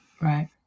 Right